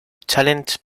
challenge